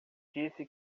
disse